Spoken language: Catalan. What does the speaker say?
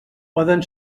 poden